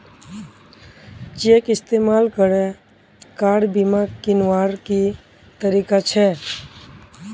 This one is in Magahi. चेक इस्तेमाल करे कार बीमा कीन्वार की तरीका छे?